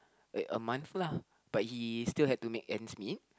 wait a month lah but he still had to make ends meet